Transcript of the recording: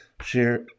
share